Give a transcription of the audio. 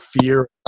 fear